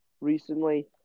recently